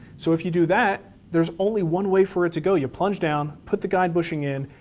so if you do that, there's only one way for it to go. you plunge down, put the guide bushing in,